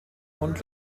und